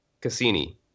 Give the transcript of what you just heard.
Cassini